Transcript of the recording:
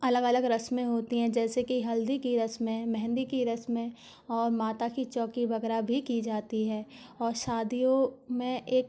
अलग अलग रस्में होती हैं जैसे कि हल्दी की रस्में मेहंदी की रस्में और माता की चौकी वगैरह भी की जाती है और शादियों में एक